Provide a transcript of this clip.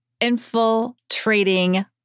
infiltrating